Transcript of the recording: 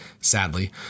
Sadly